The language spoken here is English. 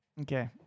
Okay